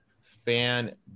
fan